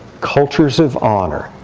cultures of honor,